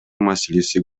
маселеси